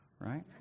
Right